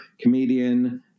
comedian